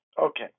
Okay